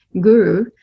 guru